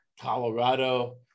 Colorado